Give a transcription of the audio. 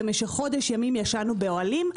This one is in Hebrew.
במשך חודש ימים ישנו באוהלים,